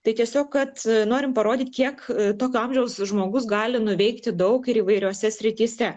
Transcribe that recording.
tai tiesiog kad norim parodyt kiek tokio amžiaus žmogus gali nuveikti daug ir įvairiose srityse